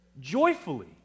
joyfully